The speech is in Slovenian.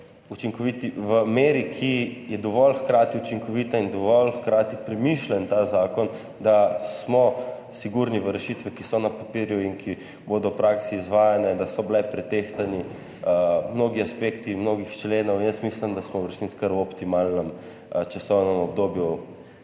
v meri, ki je hkrati dovolj učinkovita in hkrati je zakon dovolj premišljen, da smo sigurni v rešitve, ki so na papirju in ki bodo v praksi izvajane, da so bile pretehtani mnogi aspekti mnogih členov in jaz mislim, da bomo v resnici kar v optimalnem časovnem obdobju